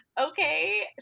Okay